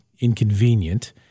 inconvenient